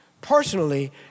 personally